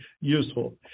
useful